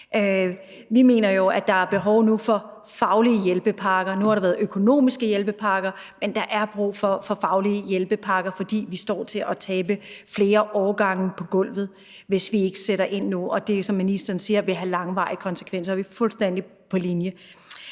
Vi mener jo, at der nu er behov for faglige hjælpepakker. Nu har der været økonomiske hjælpepakker, men der er brug for faglige hjælpepakker, for vi står til at tabe flere årgange på gulvet, hvis vi ikke sætter ind nu, og det vil, som ministeren siger, have langvarige konsekvenser. Der er vi fuldstændig på linje.